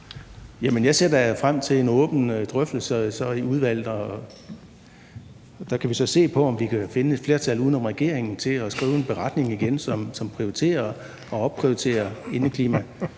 da så frem til en åben drøftelse i udvalget, og der kan vi så se på, om vi igen kan finde et flertal uden om regeringen til at skrive en beretning, som prioriterer og opprioriterer indeklima